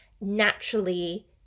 naturally